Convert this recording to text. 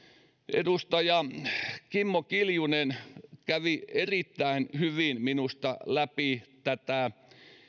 edustaja kimmo kiljunen kävi erittäin hyvin minusta läpi tätä